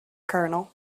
colonel